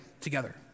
together